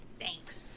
Thanks